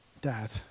Dad